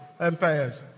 empires